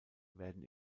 werden